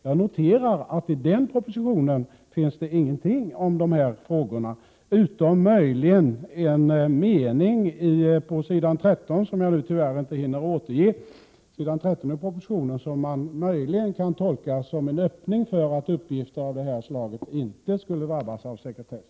Jag noterar att det i den propositionen inte finns någonting om dessa frågor vi nu behandlar, utom möjligen en mening på s. 13 — som jag tyvärr inte hinner återge — som man möjligen kan tolka som en öppning för att uppgifter av det här slaget inte skulle drabbas av sekretess.